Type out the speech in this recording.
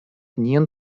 nieren